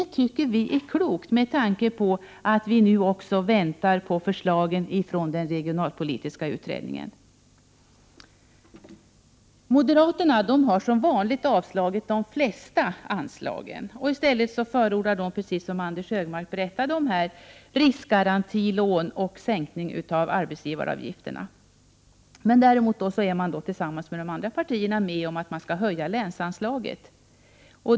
Det tycker vi är klokt med tanke på att vi nu också väntar på förslagen från den regionalpolitiska utredningen. Moderaterna har som vanligt avstyrkt de flesta anslagen. I stället förordar de, precis som Anders Högmark berättade, riskgarantilån och sänkning av arbetsgivaravgifterna. Däremot är de tillsammans med de andra partierna med på att höja länsanslaget.